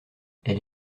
elle